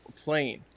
plane